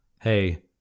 Hey